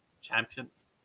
champions